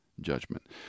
judgment